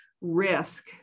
risk